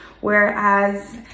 whereas